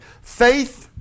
Faith